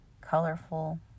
colorful